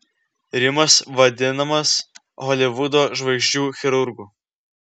rimas vadinamas holivudo žvaigždžių chirurgu